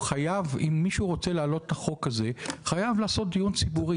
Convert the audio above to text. אם מישהו רוצה להעלות את החוק הזה חייב לעשות דיון ציבורי.